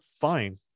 fine